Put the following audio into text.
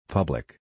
Public